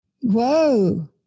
Whoa